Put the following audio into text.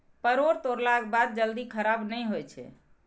परोर तोड़लाक बाद जल्दी खराब नहि होइ छै